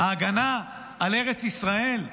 ההגנה על ארץ ישראל,